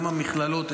גם המכללות.